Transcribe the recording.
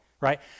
right